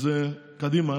אז קדימה,